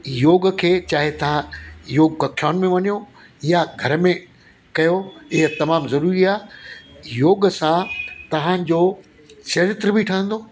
योग खे चाहे तव्हां योग कक्षाउनि में वञो या घर में कयो इह तमामु ज़रूरी आहे योग सां तव्हांजो चरित्र बि ठहंदो